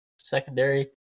secondary